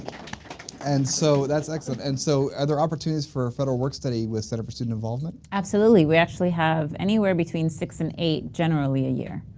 and so that's excellent. and so, are there opportunities for a federal work-study with center for student involvement? absolutely! we actually have anywhere between six and eight generally a year,